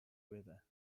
weather